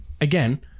again